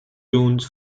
jones